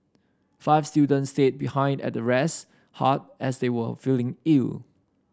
five students stayed behind at the rest hut as they were feeling ill